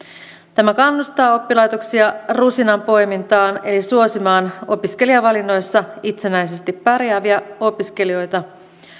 tämä kannustaa oppilaitoksia rusinanpoimintaan eli suosimaan opiskelijavalinnoissa itsenäisesti pärjääviä opiskelijoita